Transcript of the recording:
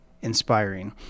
inspiring